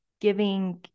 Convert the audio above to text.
giving